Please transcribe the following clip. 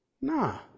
Nah